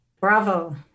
Bravo